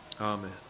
Amen